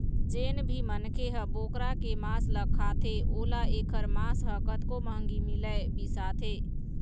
जेन भी मनखे ह बोकरा के मांस ल खाथे ओला एखर मांस ह कतको महंगी मिलय बिसाथे